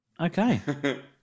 okay